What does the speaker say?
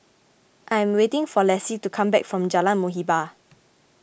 I am waiting for Lassie to come back from Jalan Muhibbah